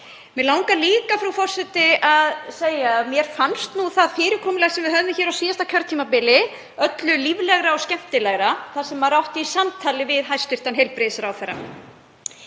Mig langar líka að segja að mér fannst það fyrirkomulag sem við höfðum á síðasta kjörtímabili öllu líflegra og skemmtilegra þar sem maður átti í samtali við hæstv. heilbrigðisráðherra.